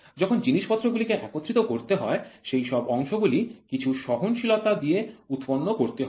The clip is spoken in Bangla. যখন জিনিসপত্র গুলিকে একত্রিত করতে হয় সেই সব অংশগুলি কিছু সহনশীলতা দিয়ে উৎপন্ন করতে হবে